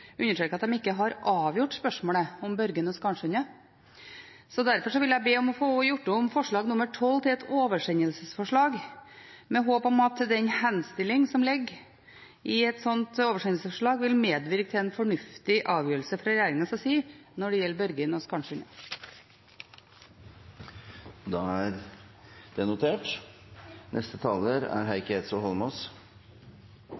at statsråden understreker at de ikke har avgjort spørsmålet om Børgin og Skarnsundet. Derfor vil jeg be om å få gjort om forslag nr. 12 til et oversendelsesforslag, med håp om at den henstilling som ligger i et slikt oversendelsesforslag, vil medvirke til en fornuftig avgjørelse fra regjeringens side når det gjelder Børgin og Skarnsundet. Det er notert.